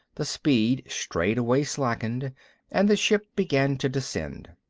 the speed straightway slackened and the ships began to descend.